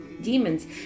demons